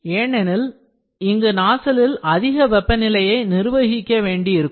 ஏனெனில் இங்கு நாசிலில் அதிக வெப்பநிலையை நிர்வகிக்க வேண்டி இருக்கும்